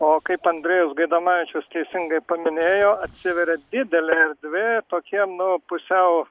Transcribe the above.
o kaip andrejus gaidamavičius teisingai paminėjo atsiveria didelė erdvė tokiem nu pusiau